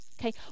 okay